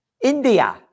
India